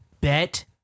Bet